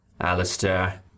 Alistair